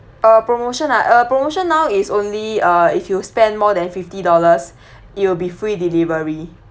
uh promotion ah uh promotion now is only uh if you spend more than fifty dollars it will be free delivery